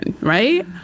right